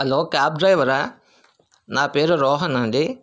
hello cab డ్రైవరా నా పేరు రోహన్ అండి